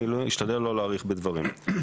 אני אשתדל לא להאריך בדברים.